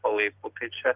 palaikų tai čia